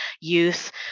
youth